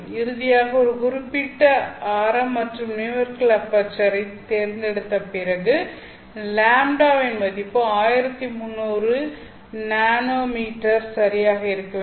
இறுதியாக ஒரு குறிப்பிட்ட ஆரம் மற்றும் நியூமெரிக்கல் அபெர்ச்சரைத் தேர்ந்தெடுத்த பிறகு λ வின் மதிப்பு 1300 என்எம் சரியாக இருக்க வேண்டும்